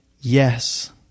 Yes